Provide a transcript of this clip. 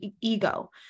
ego